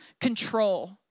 control